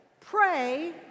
pray